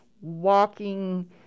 walking